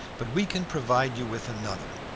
but we can provide you with another.